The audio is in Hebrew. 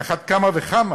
ועל אחת כמה וכמה